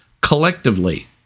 collectively